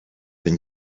been